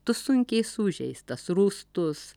tu sunkiai sužeistas rūstus